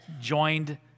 joined